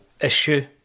issue